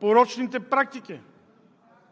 порочните практики,